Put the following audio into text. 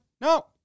No